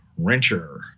Wrencher